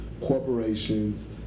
corporations